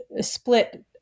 split